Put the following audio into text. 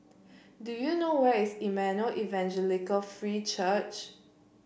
do you know where is Emmanuel Evangelical Free Church